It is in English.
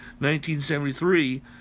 1973